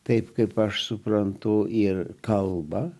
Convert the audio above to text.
taip kaip aš suprantu ir kalba